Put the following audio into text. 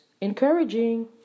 encouraging